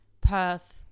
Perth